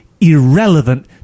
irrelevant